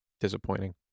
disappointing